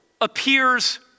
appears